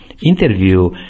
interview